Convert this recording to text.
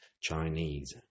Chinese